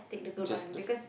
just the